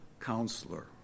counselor